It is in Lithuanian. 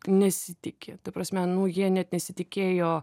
nesitiki ta prasme nu jie net nesitikėjo